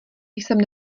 jsem